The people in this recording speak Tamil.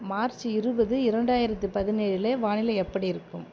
மார்ச் இருபது இரண்டாயிரத்து பதினேழில் வானிலை எப்படி இருக்கும்